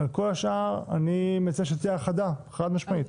כל השאר אני מציע שתהיה האחדה, חד-משמעית.